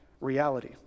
reality